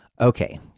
Okay